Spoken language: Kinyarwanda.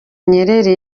nyerere